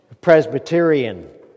Presbyterian